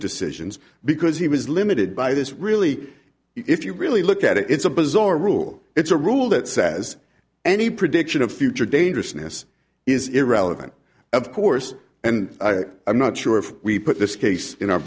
decisions because he was limited by this really if you really look at it it's a bizarre rule it's a rule that says any prediction of future dangerousness is irrelevant of course and i'm not sure if we put this case